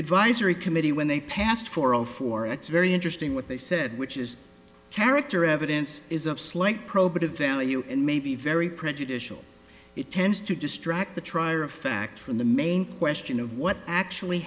advisory committee when they passed four zero four it's very interesting what they said which is character evidence is of slight probative value and may be very prejudicial it tends to distract the trier of fact from the main question of what actually